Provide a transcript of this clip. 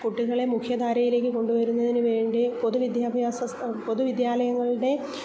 കുട്ടികളെ മുഖ്യധാരയിലേക്ക് കൊണ്ടുവരുന്നതിനു വേണ്ടി പൊതുവിദ്യാഭ്യാസ പൊതുവിദ്യാലയങ്ങളുടെ